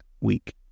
week